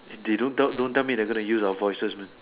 they don't don't tell me they going to use our voices man